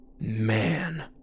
Man